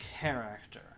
character